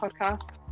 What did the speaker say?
podcast